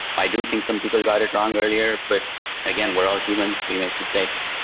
i do think some people got it wrong earlier. but again, we're all humans. we make mistakes.